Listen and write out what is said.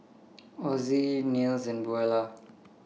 Ozie Nils and Buelah